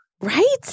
Right